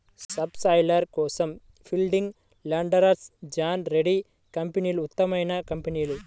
sub soiler కోసం Fieldking, Landforce, John Deere కంపెనీలు ఉత్తమమైన కంపెనీలు